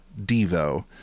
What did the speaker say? Devo